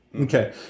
Okay